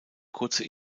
kurze